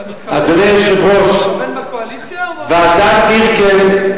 אתה מתכוון מהקואליציה או מהאופוזיציה?